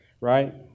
right